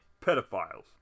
Pedophiles